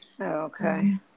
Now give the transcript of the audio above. Okay